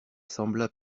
sembla